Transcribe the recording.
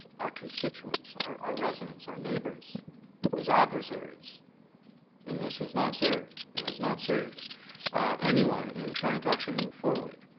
our constituents, our our residents, our neighbours as adversaries in this is not served. it has not served anyone in trying to actually move forward.